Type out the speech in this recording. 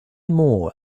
more